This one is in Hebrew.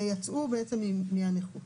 ויצאו בעצם מהנכות.